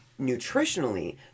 nutritionally